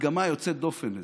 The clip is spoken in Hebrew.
הדגמה יוצאת דופן לזה: